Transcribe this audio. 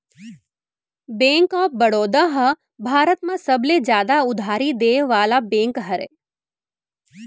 bank of Baroda ह भारत म सबले जादा उधारी देय वाला बेंक हरय